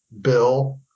Bill